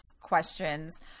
questions